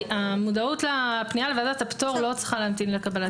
המודעות לפנייה לוועדת הפטור לא צריכה להמתין לקבלת אישור.